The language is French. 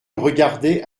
regardait